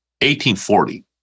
1840